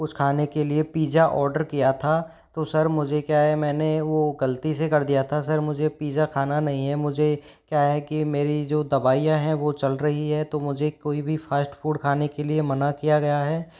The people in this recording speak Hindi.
कुछ खाने के लिए पिजा ऑर्डर किया था तो सर मुझे क्या है मैंने वो गलती से कर दिया था सर मुझे पिजा खाना नहीं है मुझे क्या है कि मेरी जो दवाइयाँ है वो चल रही है तो मुझे कोई भी फास्ट फूड खाने के लिए मना किया गया है